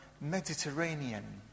Mediterranean